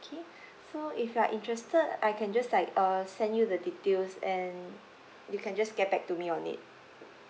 okay so if you're interested I can just like uh send you the details and you can just get back to me on it